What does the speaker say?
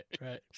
right